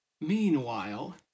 Meanwhile